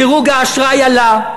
דירוג האשראי עלה,